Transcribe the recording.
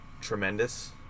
tremendous